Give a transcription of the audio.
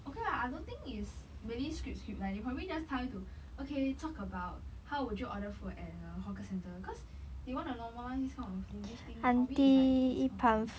okay lah I don't think is merely script script like they probably just tell you to okay talk about how would you order food at a hawker centre because they want to normalise this kind of singlish thing probably is like this kind of thing lah